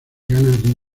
gana